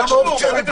מה זה קשור?